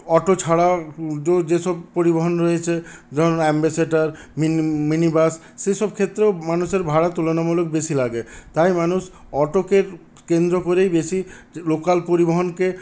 auto ছাড়াও যেসব পরিবহন রয়েছে ধরুন অ্যাম্বাসেডার মিনি বাস সেইসব ক্ষেত্রেও মানুষের ভাড়া তুলনামূলক বেশী লাগে তাই মানুষ অটোকে কেন্দ্র করেই বেশী লোকাল পরিবহনকে